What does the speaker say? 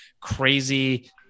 crazy